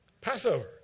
Passover